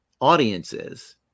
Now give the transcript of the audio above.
audiences